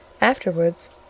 Afterwards